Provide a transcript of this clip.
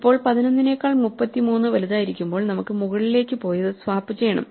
ഇപ്പോൾ 11 നെക്കാൾ 33 വലുതായിരിക്കുമ്പോൾ നമുക്ക് മുകളിലേക്ക് പോയി അത് സ്വാപ്പ് ചെയ്യണം